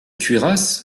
cuirasse